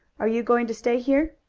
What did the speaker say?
are you going to stay here?